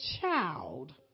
child